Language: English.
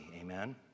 amen